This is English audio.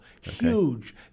huge